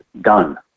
done